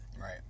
Right